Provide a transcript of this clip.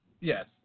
Yes